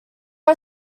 are